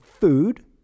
food